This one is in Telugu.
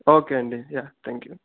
ఓకే అండి యా థ్యాంక్ యూ